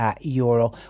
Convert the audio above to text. euro